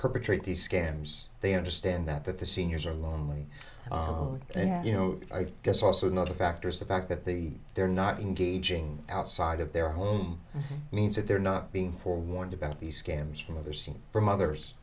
perpetrate these scams they understand that that the seniors are lonely and you know i guess also another factor is the fact that the they're not engaging outside of their home means that they're not being forewarned about these scams from other scenes from others